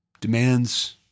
demands